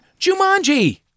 Jumanji